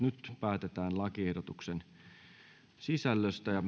nyt päätetään lakiehdotuksen sisällöstä